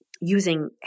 using